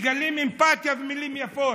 מגלים אמפתיה במילים יפות.